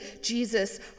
Jesus